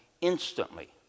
instantly